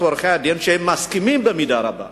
עורכי-הדין על כך שהם מסכימים במידה רבה.